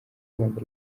rwanda